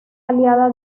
aliada